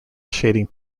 shading